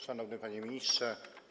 Szanowny Panie Ministrze!